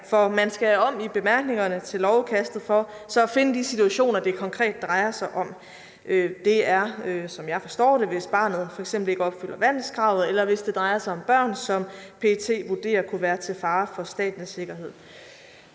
For man skal jo om i bemærkningerne til lovudkastet for at finde de situationer, det konkret drejer sig om. Det drejer sig, som jeg forstår det, f.eks. om børn, som ikke opfylder vandelskravet, eller om børn, som PET vurderer kunne være til fare for statens sikkerhed.